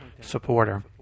supporter